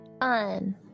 On